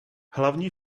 hlavní